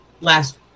last